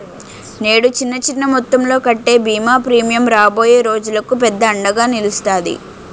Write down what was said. నేడు చిన్న చిన్న మొత్తంలో కట్టే బీమా ప్రీమియం రాబోయే రోజులకు పెద్ద అండగా నిలుస్తాది